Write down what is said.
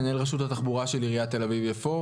מנהל רשות התחבורה של עיריית תל אביב-יפו.